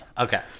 Okay